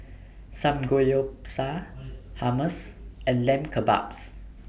Samgeyopsal Hummus and Lamb Kebabs